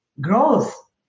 growth